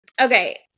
okay